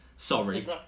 sorry